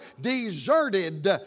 deserted